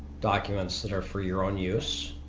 documents that are for your own use.